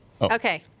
Okay